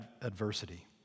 adversity